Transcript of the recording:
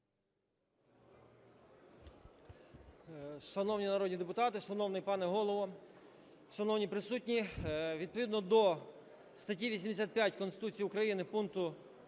Шановні народні депутати! Шановний пане голово! Шановні присутні! Відповідно до статті 85 Конституції України пункту